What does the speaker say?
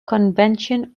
convention